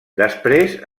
després